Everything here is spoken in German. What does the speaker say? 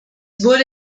wurde